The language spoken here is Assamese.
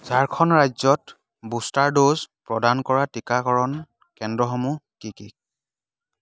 ঝাৰখণ্ড ৰাজ্যত বুষ্টাৰ ড'জ প্ৰদান কৰা টিকাকৰণ কেন্দ্ৰসমূহ কি কি